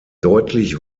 deutlich